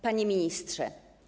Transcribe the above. Panie Ministrze!